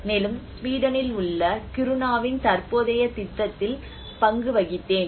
மேலும் ஸ்வீடனில் உள்ள கிருணாவின் தற்போதைய திட்டத்தில் பங்கு வகித்தேன்